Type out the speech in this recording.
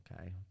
Okay